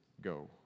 go